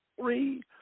three